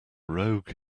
rogue